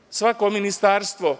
Tako da, svako ministarstvo,